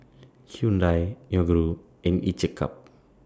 Hyundai Yoguru and Each A Cup